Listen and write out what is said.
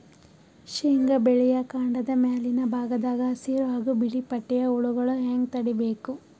ಶೇಂಗಾ ಬೆಳೆಯ ಕಾಂಡದ ಮ್ಯಾಲಿನ ಭಾಗದಾಗ ಹಸಿರು ಹಾಗೂ ಬಿಳಿಪಟ್ಟಿಯ ಹುಳುಗಳು ಹ್ಯಾಂಗ್ ತಡೀಬೇಕು?